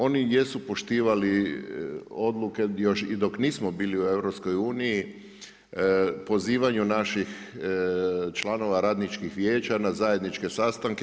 Oni jesu poštivali odluke još i dok nismo bili u EU pozivanju naših članova Radničkih vijeća na zajedničke sastanke.